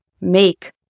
make